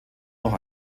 noch